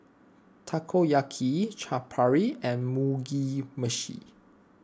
Takoyaki Chaat Papri and Mugi Meshi